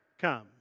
come